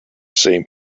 same